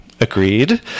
agreed